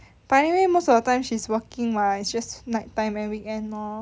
but anyway most of the time she's working lah is just night time and weekend lor